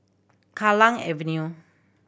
Kallang Avenue